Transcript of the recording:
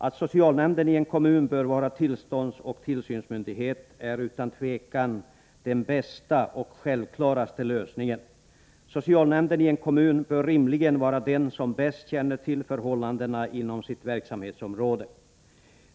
Att socialnämnden i en kommun bör vara tillståndsoch tillsynsmyndighet är utan tvivel den bästa och mest självklara lösningen. Socialnämnden i en kommun bör rimligen vara den som bäst känner till förhållandena inom sitt verksamhetsområde.